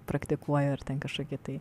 praktikuoju ar ten kažkokia tai